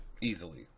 easily